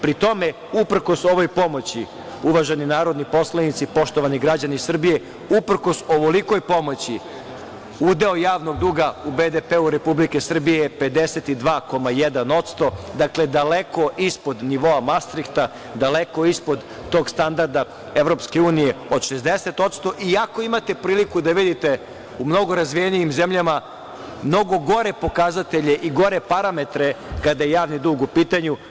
Pri tome, uprkos ovoj pomoći uvaženi narodni poslanici, poštovani građani Srbije, uprkos ovolikoj pomoći udeo javnog duga u BDP-u Republike Srbije je 52,1%, dakle daleko ispod nivoa Mastrihta, daleko ispod tog standarda EU od 60%, iako imate priliku da vidite u mnogo razvijenijim zemljama mnogo gore pokazatelje i gore parametre kada je javni dug u pitanju.